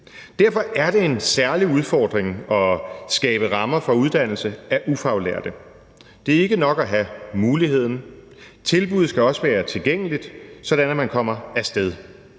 Derfor er det en særlig udfordring at skabe rammer for uddannelse af ufaglærte. Det er ikke nok at have muligheden, men tilbuddet skal også være tilgængeligt, sådan at man kommer af sted.